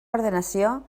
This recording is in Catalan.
ordenació